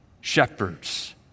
shepherds